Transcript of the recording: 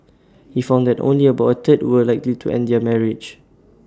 he found that only about A third were likely to end their marriage